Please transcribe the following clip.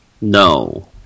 No